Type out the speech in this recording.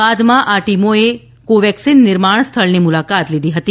બાદ માં આ ટીમોએ કો વેક્સિન નિર્માણ સ્થળની મુલાકાત લીધી હતી